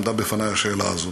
עמדה בפני השאלה הזאת,